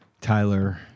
Tyler